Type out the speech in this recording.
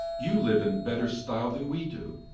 you live in better style than we do,